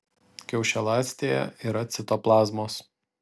kiaušialąstėje yra citoplazmos